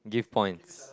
give points